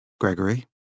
Gregory